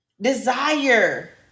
desire